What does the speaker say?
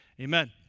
Amen